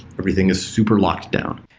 everything is super locked down.